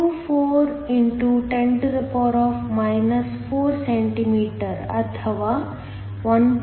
24 x 10 4 cm ಅಥವಾ 1